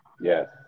Yes